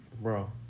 bro